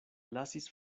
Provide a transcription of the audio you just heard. lasis